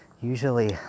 usually